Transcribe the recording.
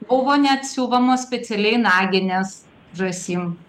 buvo net siuvamos specialiai naginės žąsim